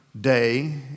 day